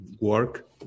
work